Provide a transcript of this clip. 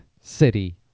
City